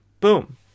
boom